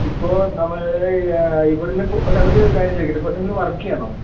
ഇപ്പോ നമ്മൾ ഇവിടുന്നിപ്പോൾ അല്ല ഒരു കാര്യം ചോദിക്കട്ടെ ഇപ്പോൾ നിങ്ങൾ വർക്ക് ചെയ്യുകയാണോ